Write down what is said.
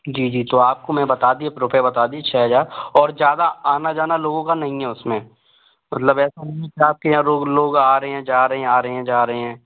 जी जी तो आपको मैं बता दिए रुपए बता दिए छः हजार और ज़्यादा आना जाना लोगों का नहीं है उसमें मतलब ऐसा नहीं कि आपके यहाँ लोग रोज आ रहे हैं जा रहे हैं आ रहे हैं जा रहे हैं